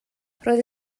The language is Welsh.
roedd